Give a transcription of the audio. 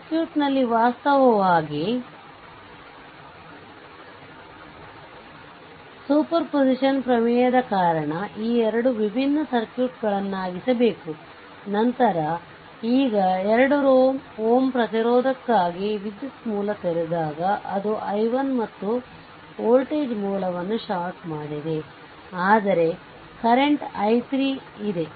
ಸರ್ಕ್ಯೂಟ್ನಲ್ಲಿ ವಾಸ್ತವವಾಗಿ ಸೂಪರ್ಪೋಸಿಷನ್ ಪ್ರಮೇಯದ ಕಾರಣ ಈ 2 ವಿಭಿನ್ನ ಸರ್ಕ್ಯೂಟ್ ಗಳನ್ನಾಗಿಸಬೇಕು ನಂತರ ಈಗ 2 Ω ಪ್ರತಿರೋಧಕ್ಕಾಗಿ ವಿದ್ಯುತ್ ಮೂಲ ತೆರೆದಾಗ ಅದು i1 ಮತ್ತು ವೋಲ್ಟೇಜ್ ಮೂಲವನ್ನು ಷಾರ್ಟ್ ಮಾಡಿದೆ ಆದರೆ ಕರೆಂಟ್ i3 ಇದೆ